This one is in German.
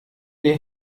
wir